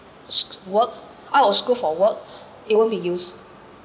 sch~ work out of school for work it won't be used